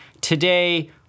Today